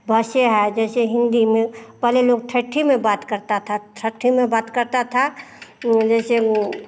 बच्चे है जैसे हिन्दी में पहले लोग छट्ठी में बात करता था ठठी में बात करता था जैसे वो